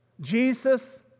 Jesus